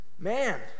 man